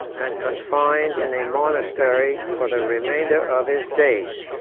and confined in a monastery for the remainder of his days.